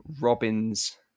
Robin's